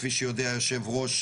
כפי שיודע היושב ראש,